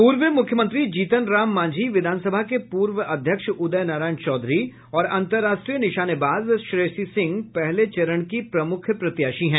पूर्व मुख्यमंत्री जीतन राम मांझी विधान सभा के पूर्व अध्यक्ष उदय नारायण चौधरी और अंतरराष्ट्रीय निशानेबाज श्रेयसी सिंह पहले चरण की प्रमुख प्रत्याशी हैं